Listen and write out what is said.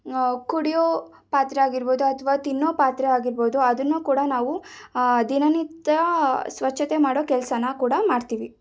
ಕುಡಿಯೋ ಪಾತ್ರೆ ಆಗಿರ್ಬೋದು ಅಥವಾ ತಿನ್ನೋ ಪಾತ್ರೆ ಆಗಿರ್ಬೋದು ಅದನ್ನು ಕೂಡ ನಾವು ದಿನನಿತ್ಯ ಸ್ವಚ್ಛತೆ ಮಾಡೋ ಕೆಲಸಾನ ಕೂಡ ಮಾಡ್ತೀವಿ